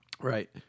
Right